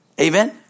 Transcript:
Amen